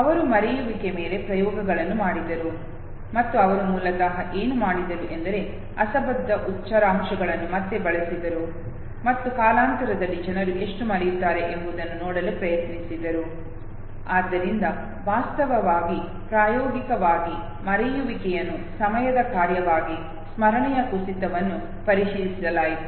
ಅವರು ಮರೆಯುವಿಕೆ ಮೇಲೆ ಪ್ರಯೋಗಗಳನ್ನು ಮಾಡಿದರು ಮತ್ತು ಅವರು ಮೂಲತಃ ಏನು ಮಾಡಿದರು ಎಂದರೆ ಅಸಂಬದ್ಧ ಉಚ್ಚಾರಾಂಶಗಳನ್ನು ಮತ್ತೆ ಬಳಸಿದರು ಮತ್ತು ಕಾಲಾಂತರದಲ್ಲಿ ಜನರು ಎಷ್ಟು ಮರೆಯುತ್ತಾರೆ ಎಂಬುದನ್ನು ನೋಡಲು ಪ್ರಯತ್ನಿಸಿದರು ಆದ್ದರಿಂದ ವಾಸ್ತವವಾಗಿ ಪ್ರಾಯೋಗಿಕವಾಗಿ ಮರೆಯುವಿಕೆಯನ್ನು ಸಮಯದ ಕಾರ್ಯವಾಗಿ ಸ್ಮರಣೆಯ ಕುಸಿತವನ್ನು ಪರಿಶೀಲಿಸಲಾಯಿತು